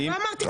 לא אמרתי כלום.